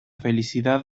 felicidad